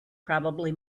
probably